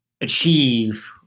achieve